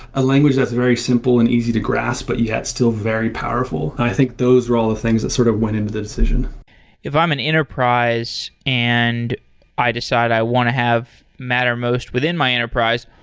a language that's very simple and easy to grasp, but yet still very powerful. i think those are all things that sort of went into the decision if i'm an enterprise and i decide i want to have mattermost within my enterprise,